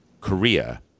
Korea